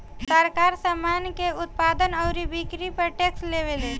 सरकार, सामान के उत्पादन अउरी बिक्री पर टैक्स लेवेले